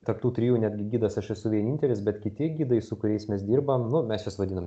tarp tų trijų netgi gidas aš esu vienintelis bet kiti gidai su kuriais mes dirbam nu mes juos vadinam